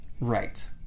right